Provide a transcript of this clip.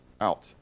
out